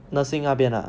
nursing 那边 ah